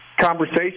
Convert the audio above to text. conversation